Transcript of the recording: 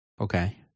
Okay